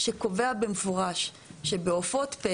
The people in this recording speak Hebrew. שקובע במפורש שבעופות,